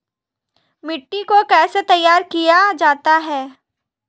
मिट्टी को कैसे तैयार किया जाता है?